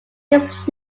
his